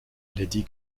lady